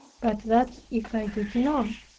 but that if i did not,